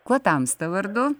kuo tamsta vardu